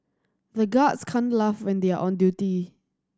the guards can't laugh when they are on duty